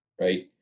right